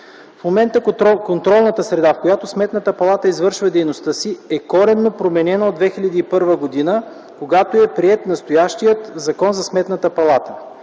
В момента контролната среда, в която Сметната палата извършва дейността си, е коренно променена от 2001 г., когато е приет настоящият Закон за Сметната палата.